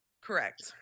Correct